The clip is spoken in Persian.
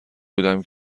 بودم